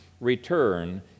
Return